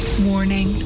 Warning